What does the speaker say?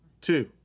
two